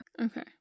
okay